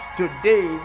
today